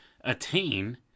attain